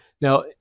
now